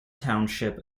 township